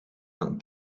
aan